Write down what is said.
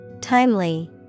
Timely